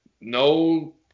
no